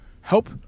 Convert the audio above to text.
help